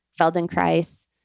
Feldenkrais